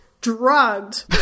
drugged